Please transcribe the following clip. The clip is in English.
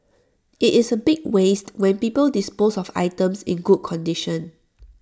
IT is A big waste when people dispose of items in good condition